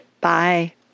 Bye